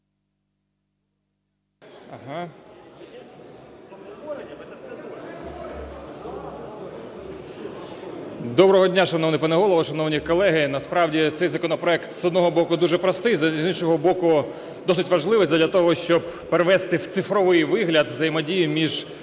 Доброго дня, шановний пане Голово, шановні колеги! Насправді цей законопроект, з одного боку, дуже простий, з іншого боку, досить важливий задля того, щоб перевести в цифровий вигляд взаємодії між